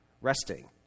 Resting